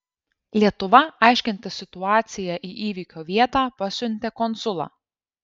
lietuva aiškintis situaciją į įvykio vietą pasiuntė konsulą